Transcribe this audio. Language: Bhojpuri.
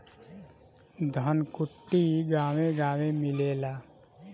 धनकुट्टी गांवे गांवे मिलेला